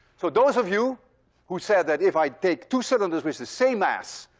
so those of you who said that if i take two cylinders with the same mass,